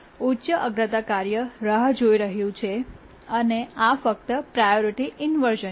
ઉચ્ચ અગ્રતા કાર્ય રાહ જોઈ રહ્યું છે અને આ ફક્ત પ્રાયોરિટી ઇન્વર્શ઼ન છે